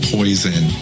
Poison